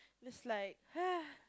is like